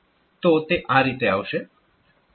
તો તે આ રીતે આવશે